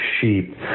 sheep